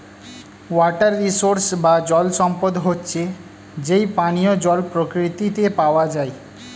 water resource বা জল সম্পদ হচ্ছে যেই পানিও জল প্রকৃতিতে পাওয়া যায়